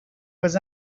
was